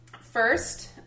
first